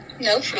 no